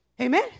Amen